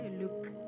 look